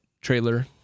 trailer